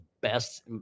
best